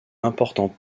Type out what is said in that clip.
important